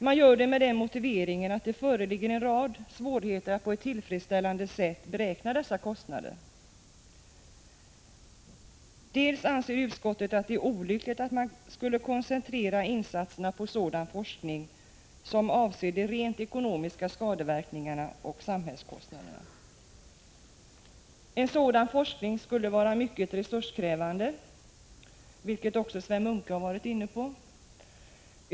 Man gör det med den motiveringen att det föreligger en rad svårigheter att på ett tillfredsställande sätt beräkna dessa kostnader. Utskottet anser också att det är olyckligt att koncentrera insatserna på sådan forskning som avser de rent ekonomiska skadeverkningarna och samhällskostnaderna. En dylik forskning skulle vara mycket resurskrävande, vilket Sven Munke tidigare har varit inne på.